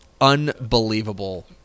unbelievable